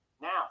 now